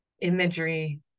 imagery